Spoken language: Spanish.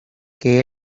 que